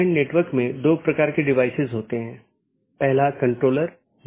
network layer reachability की जानकारी की एक अवधारणा है